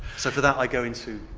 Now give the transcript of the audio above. so for that i go into,